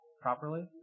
properly